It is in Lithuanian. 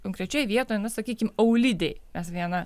konkrečioj vietoj na sakykim aulidėj mes vieną